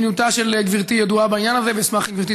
מדיניותה של גברתי ידועה בעניין הזה ואשמח אם גברתי